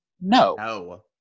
No